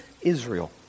Israel